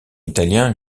italien